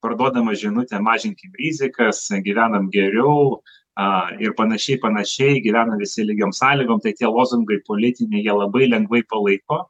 parduodama žinutė mažinkim rizikas gyvenam geriau a ir panašiai panašiai gyvena visi lygiom sąlygom tai tie lozungai politiniai jie labai lengvai palaiko